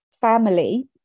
family